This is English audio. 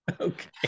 Okay